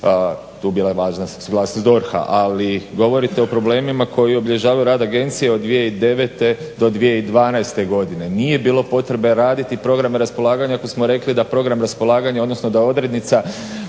je tu bila važna suglasnost DORH-a. Ali govorite o problemima koji obilježavaju rad agencije od 2009.-2012. godine. Nije bilo potrebe raditi program raspolaganja ako smo rekli da program raspolaganja odnosno da odrednica